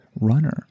runner